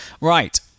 Right